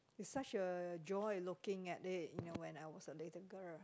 is such a joy looking at it you know when I was a little girl